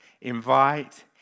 invite